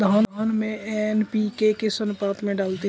धान में एन.पी.के किस अनुपात में डालते हैं?